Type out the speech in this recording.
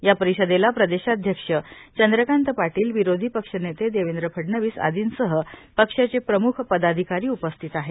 या परिषदेला प्रदेशाध्यक्ष चंद्रकांत पाटील विरोधी पक्षनेते देवेंद्र फडणवीस आदींसह पक्षाचे प्रम्ख पदाधिकारी उपस्थित आहेत